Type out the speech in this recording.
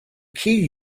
key